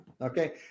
Okay